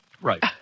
Right